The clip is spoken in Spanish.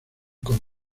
con